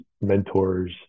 mentors